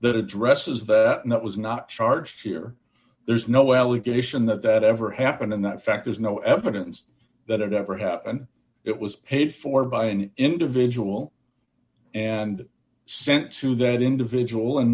that addresses that and that was not charged here there's no allegation that that ever happened in that fact there's no evidence that it ever happened it was paid for by an individual and sent to that individual and